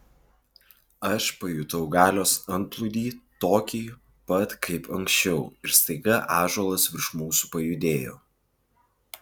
aš pajutau galios antplūdį tokį pat kaip anksčiau ir staiga ąžuolas virš mūsų pajudėjo